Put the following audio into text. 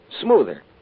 smoother